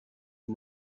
you